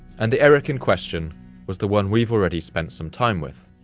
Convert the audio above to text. and the erik in question was the one we've already spent some time with,